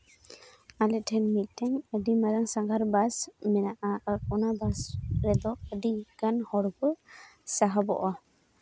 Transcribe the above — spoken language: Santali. ᱟᱞᱮ ᱴᱷᱮᱱ ᱢᱤᱫᱴᱮᱱ ᱟᱹᱰᱤ ᱢᱟᱨᱟᱝ ᱥᱟᱸᱜᱷᱟᱨ ᱵᱟᱥ ᱢᱮᱱᱟᱜᱼᱟ ᱟᱨ ᱚᱱᱟ ᱵᱟᱥ ᱨᱮᱫᱚ ᱟᱹᱰᱤᱜᱟᱱ ᱦᱚᱲ ᱠᱚ ᱥᱟᱦᱚᱵᱚᱜᱼᱟ